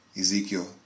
Ezekiel